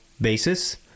basis